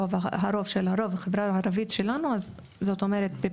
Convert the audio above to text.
רוב רובה של החברה הערבית בפריפריה.